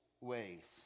ways